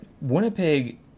Winnipeg